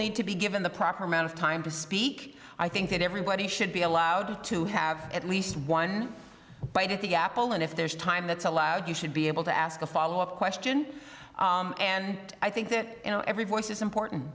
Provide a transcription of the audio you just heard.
need to be given the proper amount of time to speak i think that everybody should be allowed to have at least one bite at the apple and if there's time that's allowed you should be able to ask a follow up question and i think that you know every voice is important